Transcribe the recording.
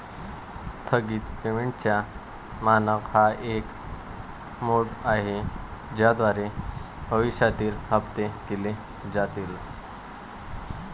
स्थगित पेमेंटचा मानक हा एक मोड आहे ज्याद्वारे भविष्यातील हप्ते केले जातील